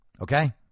Okay